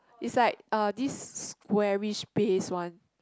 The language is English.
it's like uh this squarish base one